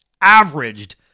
averaged